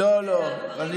לא, לא.